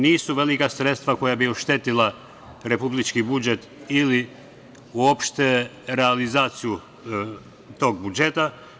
Nisu velika sredstva koja bi oštetila republički budžet ili uopšte realizaciju tog budžeta.